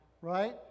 Right